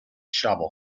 shovel